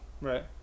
Right